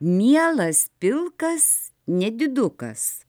mielas pilkas nedidukas